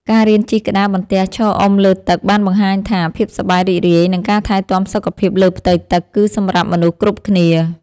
ការរៀនជិះក្តារបន្ទះឈរអុំលើទឹកបានបង្ហាញថា ភាពសប្បាយរីករាយ និងការថែទាំសុខភាពលើផ្ទៃទឹក គឺសម្រាប់មនុស្សគ្រប់គ្នា។